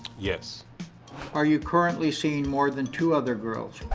yes are you currently seeing more than two other girls?